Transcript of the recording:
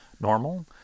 normal